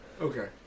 okay